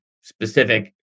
specific